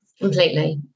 Completely